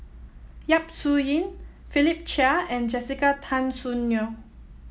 Yap Su Yin Philip Chia and Jessica Tan Soon Neo